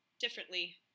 differently